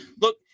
look